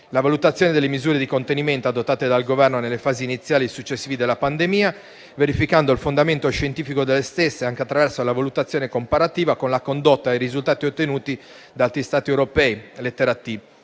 la valutazione delle misure di contenimento adottate dal Governo nelle fasi iniziali e successive della pandemia verificando il fondamento scientifico delle stesse anche attraverso la valutazione comparativa con la condotta e i risultati ottenuti da altri Stati europei (lettera